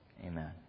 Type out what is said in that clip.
Amen